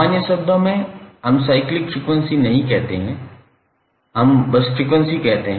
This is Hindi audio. सामान्य शब्दों में हम साइक्लिक फ्रीक्वेंसी नहीं कहते हैं हम बस फ्रीक्वेंसी कहते हैं